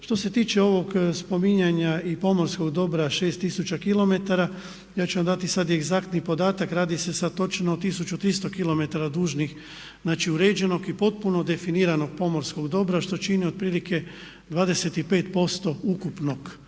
Što se tiče ovog spominjanja i pomorskog dobra, 6 tisuća kilometara ja ću vam dati sad i egzaktni podatak radi se sad o točno 1300 kilometara dužnih, znači uređenog i potpuno definiranog pomorskog dobra što čini otprilike 25% ukupnog